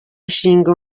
nshinga